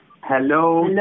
Hello